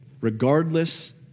regardless